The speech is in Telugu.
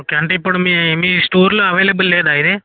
ఓకే అంటే ఇప్పుడు మీ మీ స్టోర్లో అవైలబుల్ లేదా ఇది